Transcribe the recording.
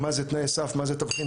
מה זה תנאי סף ומה זה תבחין?